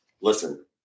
listen